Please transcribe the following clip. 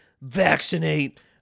vaccinate